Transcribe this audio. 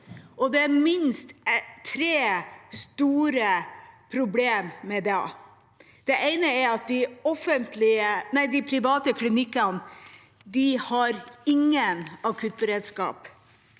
Det er minst tre store problem med det. Det ene er at de private klinikkene ikke har noen akuttberedskap.